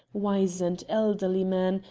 wizened, elderly man,